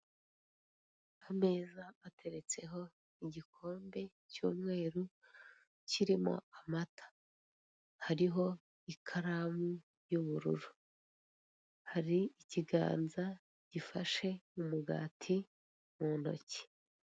Ameza ateretseho igikombe cy'umweru kirimo amata. Hariho ikaramu y'ubururu. Hari ikiganza gifashe umugati mu ntoki.